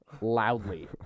loudly